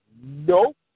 Nope